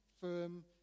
firm